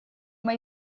uma